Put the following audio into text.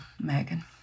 megan